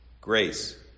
Grace